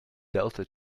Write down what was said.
delta